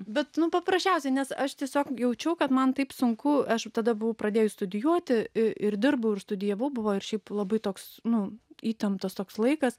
bet paprasčiausiai nes aš tiesiog jaučiau kad man taip sunku aš tada buvau pradėjus studijuoti ir dirbau ir studijavau buvo ir šiaip labai toks nu įtemptas toks laikas